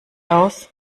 aus